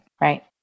Right